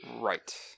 Right